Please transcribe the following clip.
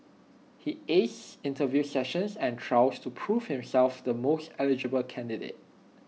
he aced interview sessions and trials to prove himself the most eligible candidate